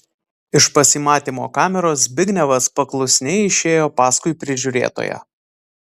iš pasimatymo kameros zbignevas paklusniai išėjo paskui prižiūrėtoją